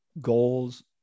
goals